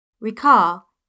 Recall